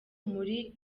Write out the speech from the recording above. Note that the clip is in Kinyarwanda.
muri